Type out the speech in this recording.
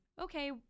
okay